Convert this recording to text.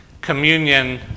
Communion